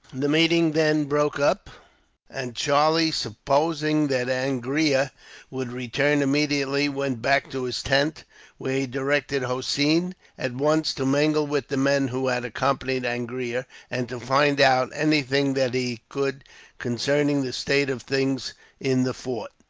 the meeting then broke up and charlie, supposing that angria would return immediately, went back to his tent where he directed hossein at once to mingle with the men who had accompanied angria, and to find out anything that he could concerning the state of things in the fort.